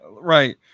right